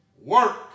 work